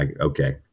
okay